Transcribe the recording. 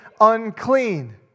unclean